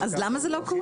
אז למה זה לא קורה?